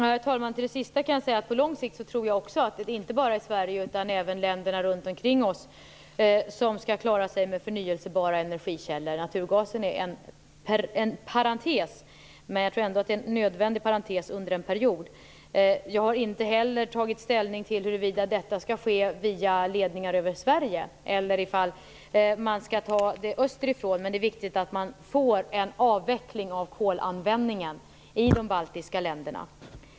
Herr talman! Som svar på den sista frågan kan jag säga att jag tror att det inte bara är Sverige utan även länderna omkring oss som skall klara sig med förnybara energikällor på lång sikt. Naturgasen är en parentes, men jag tror ändå att det är en nödvändig parantes under en period. Jag har inte heller tagit ställning till huruvida detta skall ske via ledningar över Sverige eller om man skall ta gasen österifrån, men det är viktigt att man får en avveckling av kolanvändningen i de Baltiska länderna.